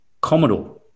Commodore